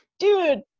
Dude